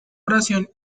oración